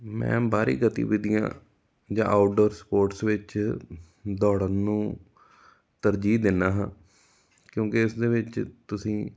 ਮੈਂ ਬਾਹਰੀ ਗਤੀਵਿਧੀਆਂ ਜਾਂ ਆਊਟਡੋਰ ਸਪੋਰਟਸ ਵਿੱਚ ਦੌੜਨ ਨੂੰ ਤਰਜੀਹ ਦਿੰਦਾ ਹਾਂ ਕਿਉਂਕਿ ਇਸ ਦੇ ਵਿੱਚ ਤੁਸੀਂ